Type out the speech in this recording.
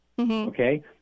Okay